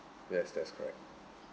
yes that's correct